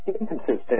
Inconsistent